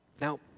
Now